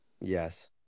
Yes